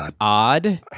odd